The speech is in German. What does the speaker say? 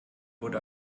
wurde